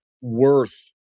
worth